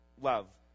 love